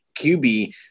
QB